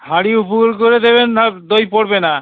হাঁড়ি উপুড় করে দেবেন আর দই পড়বে না